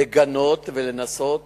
לגנות ולנסות